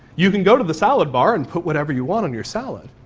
you can go to the salad bar and put whatever you want on your salad,